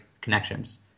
connections